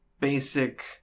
basic